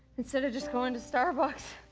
instead of just going to starbucks